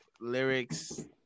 lyrics